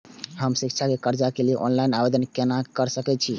हम शिक्षा के कर्जा के लिय ऑनलाइन आवेदन केना कर सकल छियै?